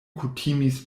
kutimis